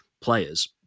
players